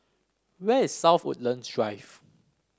where is South Woodlands Drive